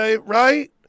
right